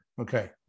Okay